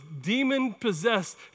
demon-possessed